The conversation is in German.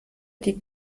die